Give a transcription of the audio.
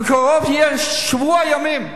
בקרוב זה יהיה שבוע ימים,